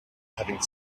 having